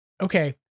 Okay